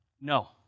No